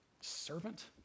Servant